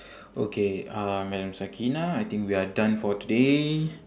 okay uh madam sakinah I think we are done for today